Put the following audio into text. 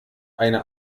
eine